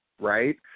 right